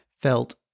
felt